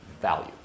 value